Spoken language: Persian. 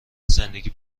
زندگی